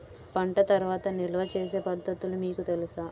పంట తర్వాత నిల్వ చేసే పద్ధతులు మీకు తెలుసా?